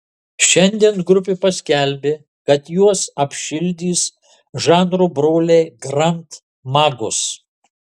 šiandien grupė paskelbė kad juos apšildys žanro broliai grand magus